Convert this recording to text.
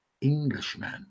Englishman